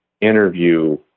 interview